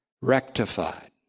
rectified